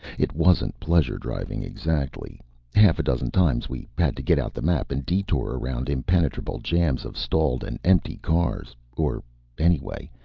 it wasn't pleasure driving, exactly half a dozen times we had to get out the map and detour around impenetrable jams of stalled and empty cars or anyway,